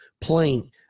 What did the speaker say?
playing